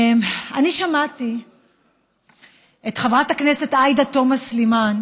אני שמעתי את חברת הכנסת עאידה תומא סלימאן